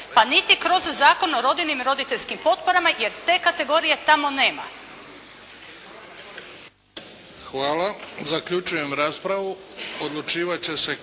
pa niti kroz Zakon o rodiljnim i roditeljskim potporama jer te kategorije tamo nema. **Bebić, Luka (HDZ)** Hvala. Zaključujem raspravu. Odlučivati će